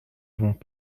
vont